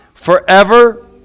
Forever